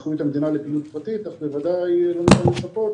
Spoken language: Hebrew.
לקחו את המדינה לפעילות פרטית אבל בוודאי אי אפשר לצפות